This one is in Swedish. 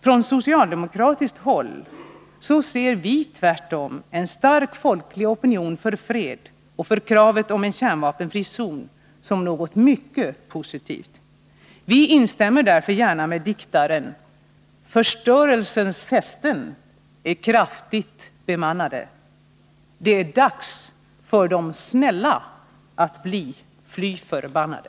Från socialdemokratiskt håll ser vi tvärtom en stark folklig opinion för fred och för kravet om en kärnvapenfri zon som något mycket positivt. Vi instämmer därför gärna med diktaren: ”Förstörelsens fästen är kraftigt bemannade. Det är dags för de snälla att bli fly förbannade.”